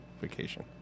Vacation